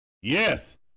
Yes